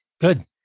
Good